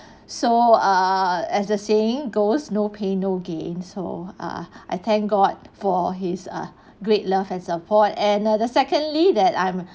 so err as the saying goes no pain no gain so ah I thank god for his err great love and support and ah the secondly that I'm